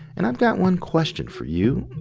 and i've got one question for you.